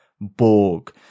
Borg